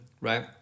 right